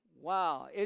Wow